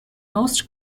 most